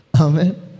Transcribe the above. Amen